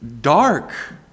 dark